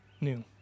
new